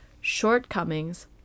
shortcomings